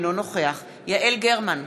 אינו נוכח יעל גרמן,